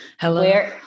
Hello